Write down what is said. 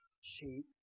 sheep